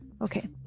Okay